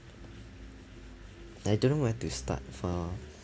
I don't know where to start from